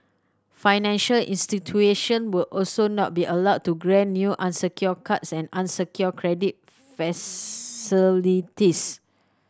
financial institution will also not be allowed to grant new unsecured cards and unsecured credit facilities